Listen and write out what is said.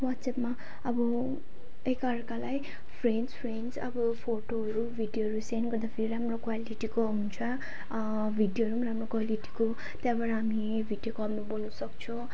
वाट्सएपमा अब एकाअर्कालाई फ्रेन्ड्स फ्रेन्ड्स अब फोटोहरू भिडियोहरू सेन्ड गर्दाखेरि राम्रो क्वालिटीको हुन्छ भिडियोहरू पनि राम्रो क्वालिटीको त्यहाँबाट हामी भिडियो कलमा बोल्नसक्छौँ